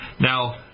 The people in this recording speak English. Now